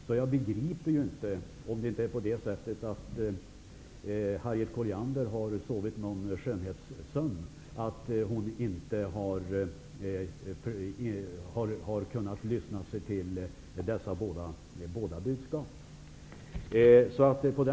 Därför undrar jag om Harriet Colliander har sovit någon skönhetssömn så att hon inte har kunnat lyssna sig till båda våra budskap.